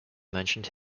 mentioned